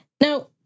Now